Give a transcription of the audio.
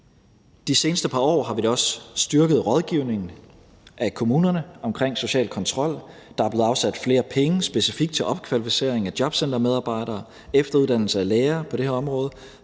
De seneste par år har vi også styrket rådgivningen af kommunerne i forhold til social kontrol. Der er blevet afsat flere penge specifikt til opkvalificering af jobcentermedarbejdere og til efteruddannelse af lærere på det her område.